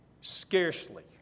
Scarcely